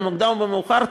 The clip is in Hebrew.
במוקדם או במאוחר,